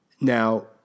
Now